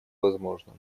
возможно